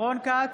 רון כץ,